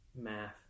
Math